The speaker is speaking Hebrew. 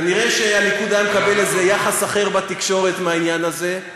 כנראה הליכוד היה מקבל איזה יחס אחר בתקשורת בעניין הזה,